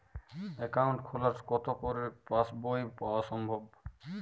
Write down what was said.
Account খোলার কতো পরে পাস বই পাওয়া য়ায়?